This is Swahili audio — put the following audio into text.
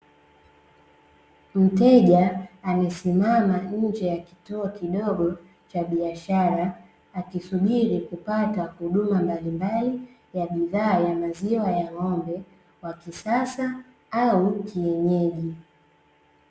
Mteja amesimama nje ya kituo kidogo cha biashara, akisubiri kupata huduma mbalimbali ya bidhaa ya maziwa ya ng'ombe, wa kisasa au kienyeji.